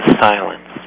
silence